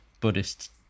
Buddhist